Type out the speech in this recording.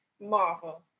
Marvel